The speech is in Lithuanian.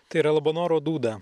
tai yra labanoro dūda